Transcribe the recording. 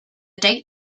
date